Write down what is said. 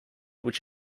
which